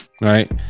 Right